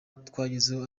twagezeho